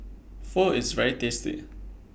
Pho IS very tasty